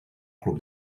club